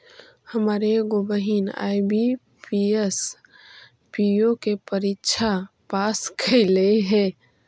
हमर एगो बहिन आई.बी.पी.एस, पी.ओ के परीक्षा पास कयलइ हे